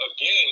again